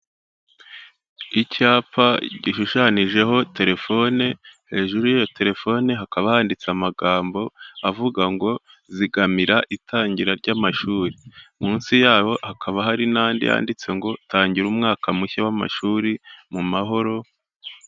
Icyapa gishushananijeho telefone hejuru y'iyo telefoni hakaba handitse amagambo avuga ngo zigamira itangira ry'amashuri munsi yabo hakaba hari n'andi yanditse ngo tangira umwaka mushya w'amashuri mu mahoro.